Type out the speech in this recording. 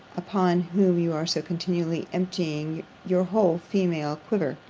upon whom you are so continually emptying your whole female quiver.